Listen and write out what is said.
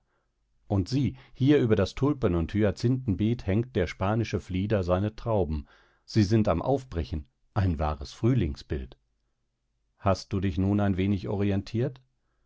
und sieh hier über das tulpen und hyazinthenbeet hängt der spanische flieder seine trauben sie sind am aufbrechen ein wahres frühlingsbild hast du dich nun ein wenig orientiert